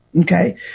Okay